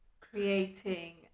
creating